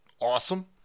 awesome